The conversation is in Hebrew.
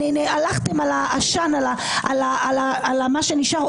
הלכתם על מה שנשאר,